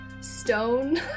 stone